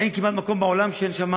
אין כמעט מקום בעולם שאין שם